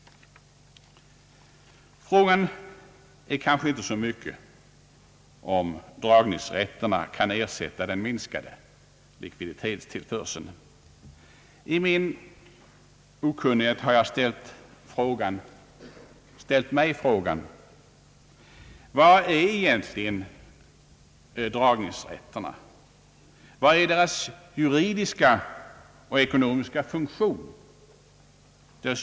Frågan är kanske inte så mycket om dragningsrätterna kan ersätta den minskade likviditetstillförseln. I min okunnighet har jag ställt mig frågan: Vad är egentligen dragningsrätterna? Vilken är deras juridiska innebörd och ekonomiska funktion?